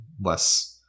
less